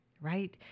right